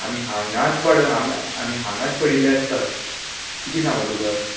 आमी हांगाच पड आमी आमी हांगाच पडिल्ले आसता कितें सांगू तुका